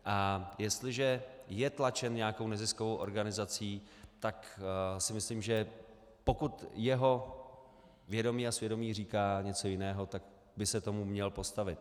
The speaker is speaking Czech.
A jestliže je tlačen nějakou neziskovou organizací, tak si myslím, že pokud jeho vědomí a svědomí říká něco jiného, tak by se tomu měl postavit.